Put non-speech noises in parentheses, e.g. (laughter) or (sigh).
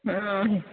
(unintelligible)